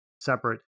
separate